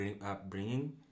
upbringing